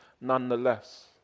nonetheless